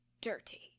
dirty